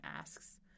asks